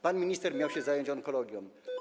Pan minister miał się zająć onkologią.